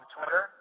Twitter